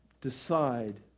decide